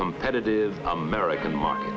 competitive american market